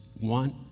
want